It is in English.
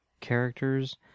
characters